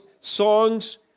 songs